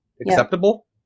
acceptable